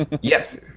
Yes